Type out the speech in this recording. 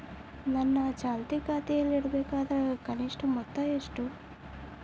ನನ್ನ ಚಾಲ್ತಿ ಖಾತೆಯಲ್ಲಿಡಬೇಕಾದ ಕನಿಷ್ಟ ಮೊತ್ತ ಎಷ್ಟು?